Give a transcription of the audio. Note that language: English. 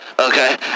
okay